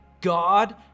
God